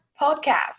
Podcast